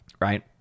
Right